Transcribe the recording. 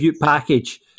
package